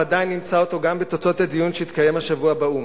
ודאי נמצא אותו גם בתוצאות הדיון שיתקיים השבוע באו"ם.